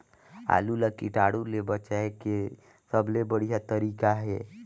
आलू ला कीटाणु ले बचाय के सबले बढ़िया तारीक हे?